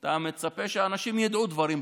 אתה מצפה שאנשים ידעו דברים בסיסיים.